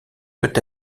peut